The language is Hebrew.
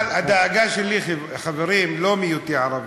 אבל הדאגה שלי, חברים, לא מהיותי ערבי.